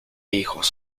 hijos